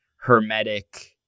hermetic